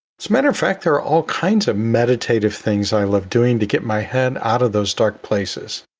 matter of fact, there are all kinds of meditative things i love doing to get my head out of those dark places.